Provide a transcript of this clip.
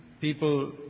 people